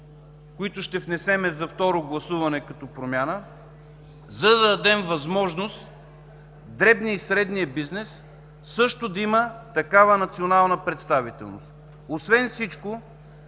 които ще внесем за второ гласуване като промяна, за да дадем възможност дребният и средният бизнес също да имат такава национална представителност. Освен всичко